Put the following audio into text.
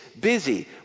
busy